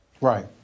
Right